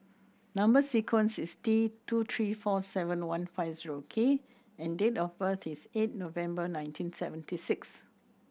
number sequence is T two three four seven one five zero K and date of birth is eight November nineteen seventy six